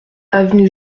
avenue